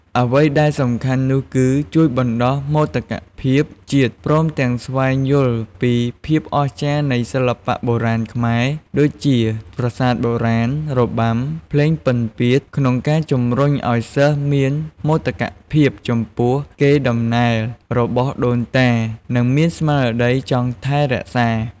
អ្វីដែលសំខាន់នោះគឺ ជួយបណ្ដុះមោទកភាពជាតិ ព្រមទាំងស្វែងយល់ពីភាពអស្ចារ្យនៃសិល្បៈបុរាណខ្មែរ ដូចជាប្រាសាទបុរាណ របាំ ភ្លេងពិណពាទ្យ ក្នុងការជម្រុញអោយសិស្សមានមោទកភាពចំពោះកេរដំណែលរបស់ដូនតា និងមានស្មារតីចង់ថែរក្សា។